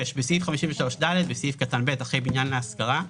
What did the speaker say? (6)בסעיף 53ד, בסעיף קטן (ב), אחרי "בניין להשכרה"